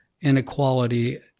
inequality